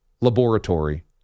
laboratory